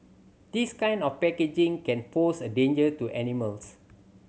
this kind of packaging can pose a danger to animals